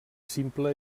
simple